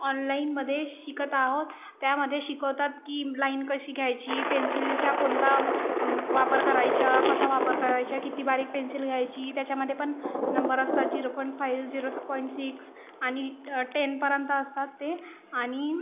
ऑनलाइनमध्ये शिकत आहोत त्यामधे शिकवतात की लाईन कशी घ्यायची पेन्सिलचा कोणता वापर करायचा कसा वापर करायचा किती बारीक पेन्सिल घ्यायची त्याच्यामध्ये पण नंबर असतात zero point five zero point six आणि टेनपर्यंत असतात ते आणि